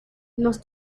los